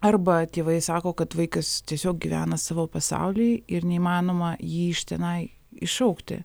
arba tėvai sako kad vaikas tiesiog gyvena savo pasauly ir neįmanoma jį iš tenai iššaukti